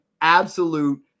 absolute –